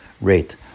rate